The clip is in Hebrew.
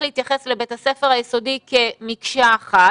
להתייחס לבית הספר היסודי כמקשה אחת,